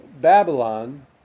Babylon